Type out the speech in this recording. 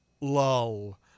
Lull